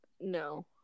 no